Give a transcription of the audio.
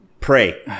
Pray